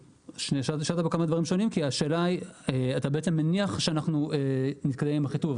שאלת כמה דברים שונים כי אתה בעצם מניח שאנחנו -- -עם אחיטוב.